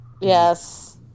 Yes